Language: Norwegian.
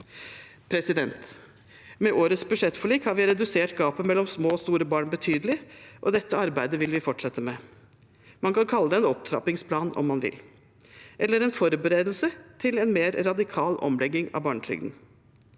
sosialhjelp. Med årets budsjettforlik har vi redusert gapet mellom små og store barn betydelig, og dette arbeidet vil vi fortsette med. Man kan kalle det en opptrappingsplan om man vil, eller en forberedelse til en mer radikal omlegging av barnetrygden.